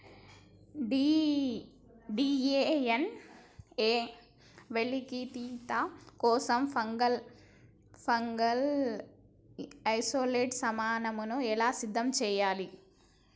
DNA వెలికితీత కోసం fungal isolate నమూనాను ఎలా సిద్ధం చెయ్యాలి?